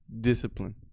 discipline